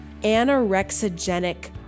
anorexigenic